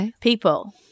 people